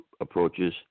approaches